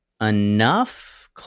enough